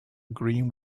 green